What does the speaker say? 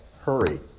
Hurry